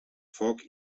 foc